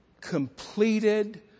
completed